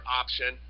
option